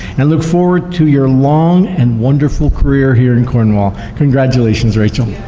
and look forward to your long and wonderful career here in cornwall, congratulations rachel.